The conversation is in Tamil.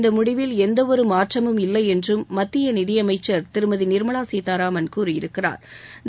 இந்த முடிவில் எந்தவொரு மாற்றமும் இல்லை என்றும் மத்திய நிதியமைச்சா் திருமதி நிா்மலா சீதாராமன் கூறியிருக்கிறாா்